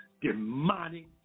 demonic